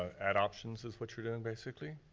add options, is what you're doing basically?